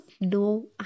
no